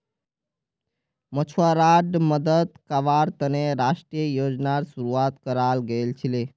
मछुवाराड मदद कावार तने राष्ट्रीय योजनार शुरुआत कराल गेल छीले